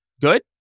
good